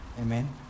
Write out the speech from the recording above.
Amen